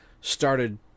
started